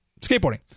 skateboarding